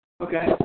Okay